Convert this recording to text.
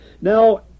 Now